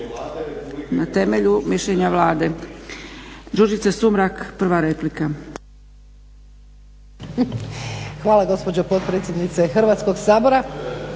Na temelju mišljenja Vlade.